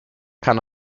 kann